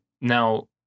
Now